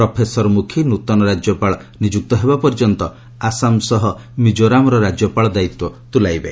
professor Mukhi ନୃତନ ରାଜ୍ୟପାଳ ନିଯୁକ୍ତି ହେବା ପର୍ଯ୍ୟନ୍ତ ଆସାମ ସହ ମିକୋରାମର ରାଜ୍ୟପାଳ ଦାୟିତ୍ୱ ତୁଲାଇବେ